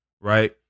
right